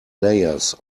layers